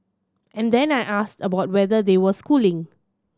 and then I asked about whether they were schooling